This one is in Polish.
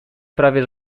prawie